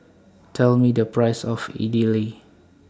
Tell Me The Price of Idili